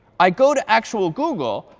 i go to actual google,